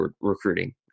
recruiting